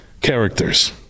characters